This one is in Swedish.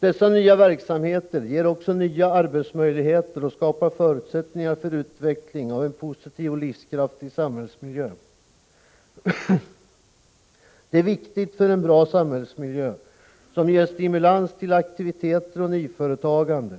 Dessa nya verksamheter ger också nya arbetsmöjligheter och skapar förutsättningar för utveckling av en positiv och livskraftig samhällsmiljö. Det är viktigt för en bra samhällsmiljö, som ger stimulans till aktiviteter och nyföretagande,